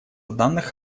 данных